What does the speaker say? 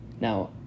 now